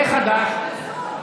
זה חדש.